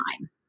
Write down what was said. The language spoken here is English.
time